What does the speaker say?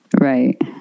Right